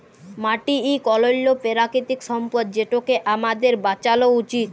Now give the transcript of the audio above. মাটি ইক অলল্য পেরাকিতিক সম্পদ যেটকে আমাদের বাঁচালো উচিত